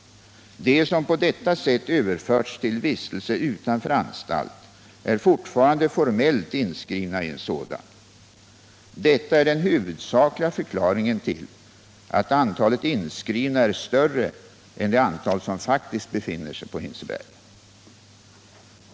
De som på detta sätt överförts till vistelse utanför anstalt är fortfarande formellt inskrivna i en sådan. Detta är den huvudsakliga förklaringen till att antalet inskrivna är större än det antal som faktiskt befinner sig på Hinseberg.